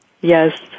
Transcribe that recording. Yes